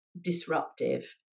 disruptive